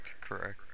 correct